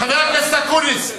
חבר הכנסת אקוניס,